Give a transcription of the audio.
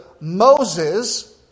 Moses